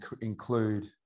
include